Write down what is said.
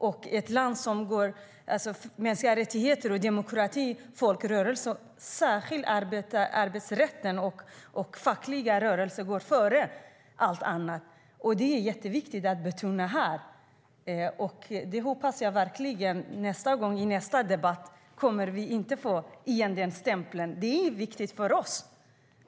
Vi ska arbeta för mänskliga rättigheter, demokrati, folkrörelser och särskilt värna om arbetsrätten. Den fackliga rörelsen går före allt annat. Det är viktigt att betona här. Jag hoppas att vi i nästa debatt inte igen kommer att få stämpeln att vi är emot avtal och tillväxt. Det är viktigt för oss.